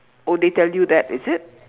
oh they tell you that is it